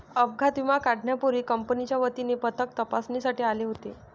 अपघात विमा काढण्यापूर्वी कंपनीच्या वतीने पथक तपासणीसाठी आले होते